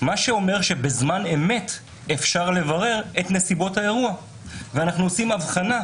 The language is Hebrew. מה שאומר שבזמן אמת אפשר לברר את נסיבות האירוע ואנחנו עושים אבחנה.